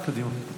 קדימה.